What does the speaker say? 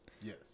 yes